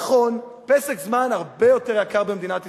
נכון, "פסק זמן" הרבה יותר יקר במדינת ישראל.